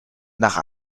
nach